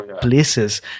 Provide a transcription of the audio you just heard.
places